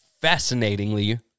fascinatingly